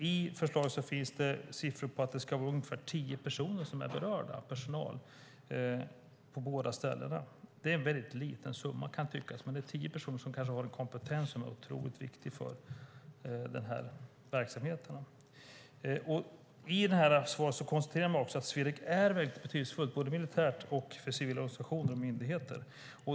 I förslaget finns siffror på att ungefär tio personer i personalen är berörda på båda ställena. Det kan tyckas vara ett litet antal, men det är tio personer som kanske har en kompetens som är viktig för verksamheten. I svaret konstateras också att Swedec är betydelsefullt såväl militärt som för civila organisationer och myndigheter.